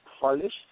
polished